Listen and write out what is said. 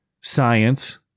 science